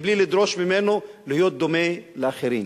בלי לדרוש ממנו להיות דומה לאחרים.